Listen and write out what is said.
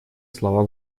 слова